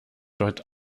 dort